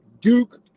Duke